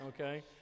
okay